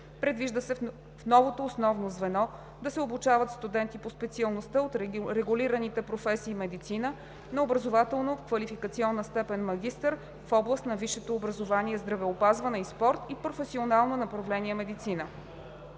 Предвижда се в новото основно звено да се обучават студенти по специалността от регулираните професии „Медицина“ на образователно-квалификационна степен „магистър“ в област на висшето образование „Здравеопазване и спорт“ и професионално направление „Медицина“.